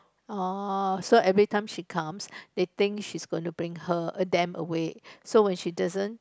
uh so every time she comes they think she's going to bring her them away so when she doesn't